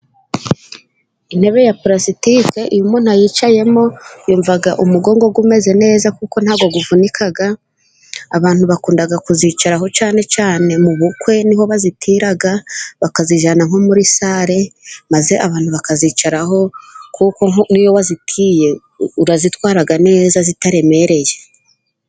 Intebe ya palasitike iyo umuntu yicayeho yumva umugongo umeze neza kuko ntabwo uvunika ,abantu bakunda kuzicaraho cyane cyane mu bukwe ni ho bazitira, bakazijyana nko muri sale maze abantu bakazicaraho ,kuko n'iyo wazitiye uzitwara neza zitaremereye.